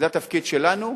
זה התפקיד שלנו.